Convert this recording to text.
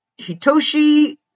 Hitoshi